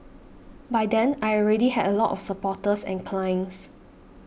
by then I already had a lot of supporters and clients